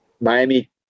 Miami